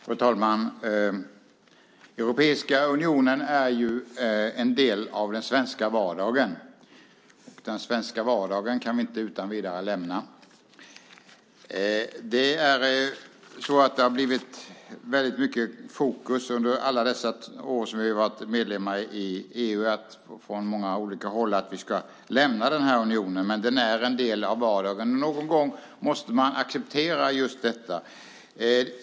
Fru talman! Europeiska unionen är en del av den svenska vardagen. Den svenska vardagen kan vi inte utan vidare lämna. Det har under alla de år då vi varit medlemmar i EU blivit väldigt mycket fokus från många olika håll på att vi ska lämna den här unionen, men den är en del av vardagen. Någon gång måste man acceptera just detta.